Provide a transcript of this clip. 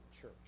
church